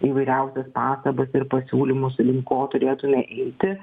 įvairiausias pastabas ir pasiūlymus link ko turėtume eiti